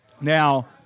Now